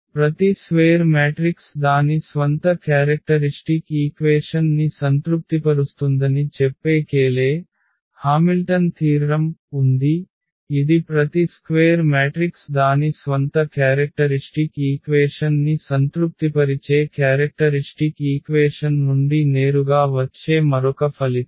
ప్రతి square matrix దాని స్వంత క్యారెక్టరిష్టిక్ ఈక్వేషన్ ని సంతృప్తిపరుస్తుందని చెప్పే కేలే హామిల్టన్ సిద్ధాంతం ఉంది ఇది ప్రతి స్క్వేర్ మ్యాట్రిక్స్ దాని స్వంత క్యారెక్టరిష్టిక్ ఈక్వేషన్ ని సంతృప్తిపరిచే క్యారెక్టరిష్టిక్ ఈక్వేషన్ నుండి నేరుగా వచ్చే మరొక ఫలితం